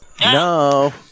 No